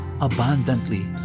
abundantly